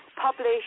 publish